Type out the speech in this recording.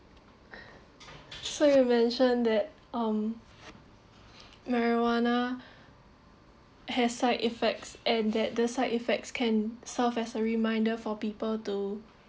so you mention that um marijuana has side effects and that the side effects can serve as a reminder for people to